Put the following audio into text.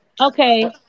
Okay